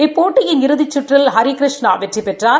இப்போட்டியின் இறுதிச் சுற்றில் ஹரிகிருஷ்ணா வெற்றிபெற்றார்